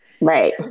Right